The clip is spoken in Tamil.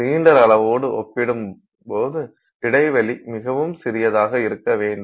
சிலிண்டரின் அளவோடு ஒப்பிடும்போது இடைவெளி மிகவும் சிறியதாக இருக்க வேண்டும்